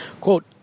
Quote